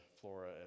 Flora